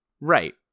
Right